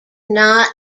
not